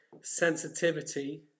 sensitivity